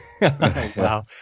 Wow